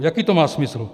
Jaký to má smysl?